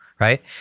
Right